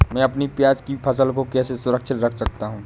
मैं अपनी प्याज की फसल को कैसे सुरक्षित रख सकता हूँ?